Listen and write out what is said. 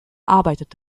arbeitet